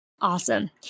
Awesome